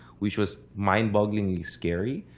which was mind bogglingly scary.